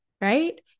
right